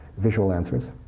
visual answers.